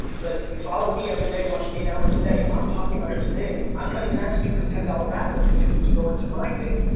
like you're following me every day, watching eight hours a day, i'm talking about this thing. i'm not even asking you for the ten dollar raffle ticket to go into my thing,